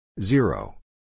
zero